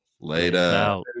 Later